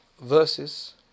verses